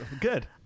good